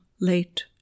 late